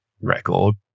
record